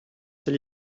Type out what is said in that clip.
ses